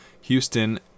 Houston